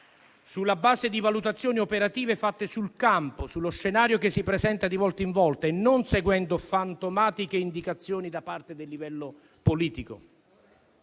sulla base di valutazioni operative fatte sul campo, sullo scenario che si presenta di volta in volta e non seguendo fantomatiche indicazioni da parte del livello politico.